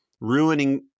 ruining